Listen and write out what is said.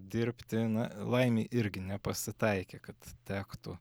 dirbti na laimei irgi nepasitaikė kad tektų